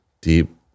deep